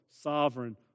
sovereign